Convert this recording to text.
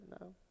no